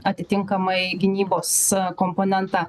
atitinkamai gynybos komponentą